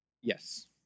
Yes